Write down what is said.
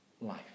life